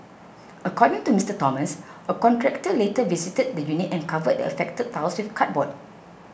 according to Mister Thomas a contractor later visited the unit and covered the affected tiles with cardboard